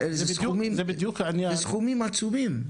סכומים עצומים.